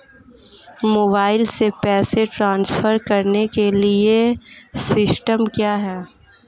Mobile से पैसे transfer करने के लिए सिस्टम क्या है?